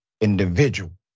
individual